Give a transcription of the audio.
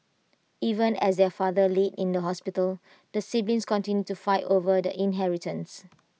even as their father laid in the hospital the siblings continued to fight over the inheritance